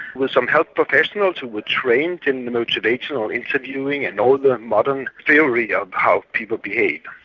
with some health professionals who were trained in motivational interviewing and all the modern theory of how people behave.